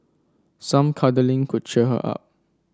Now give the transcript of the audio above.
some cuddling could cheer her up